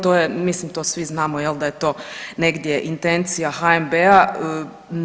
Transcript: To je, mislim to svi znamo da je to negdje intencija HNB-a.